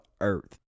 earth